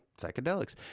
psychedelics